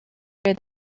hear